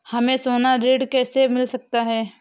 हमें सोना ऋण कैसे मिल सकता है?